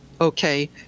okay